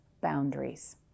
boundaries